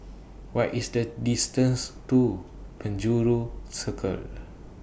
What IS The distance to Penjuru Circle